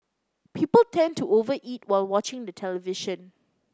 people tend to over eat while watching the television